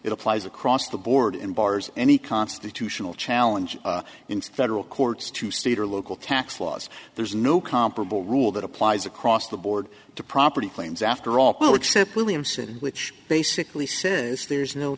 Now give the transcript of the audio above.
it applies across the board in bars any constitutional challenge in federal courts to state or local tax laws there's no comparable rule that applies across the board to property claims after all paul except william said which basically says there's no